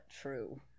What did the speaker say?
true